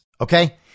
okay